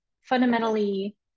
fundamentally